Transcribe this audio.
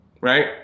right